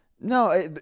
no